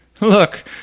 Look